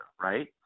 right